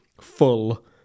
full